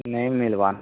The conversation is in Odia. ନେଇ ମିଲବା